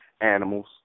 Animals